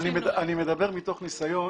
אני מדבר מתוך ניסיון.